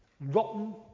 rotten